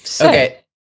Okay